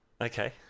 okay